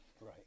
Right